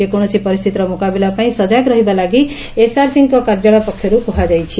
ଯେକୌଣସି ପରିସ୍କିତିର ମୁକାବିଲା ପାଇଁ ସଜାଗ ରହିବା ଲାଗି ଏସ୍ଆର୍ସିଙ୍କ କାର୍ଯ୍ୟାଳୟ ପକ୍ଷରୁ କୁହାଯାଇଛି